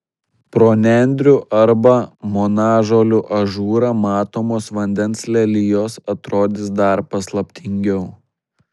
pro nendrių arba monažolių ažūrą matomos vandens lelijos atrodys dar paslaptingiau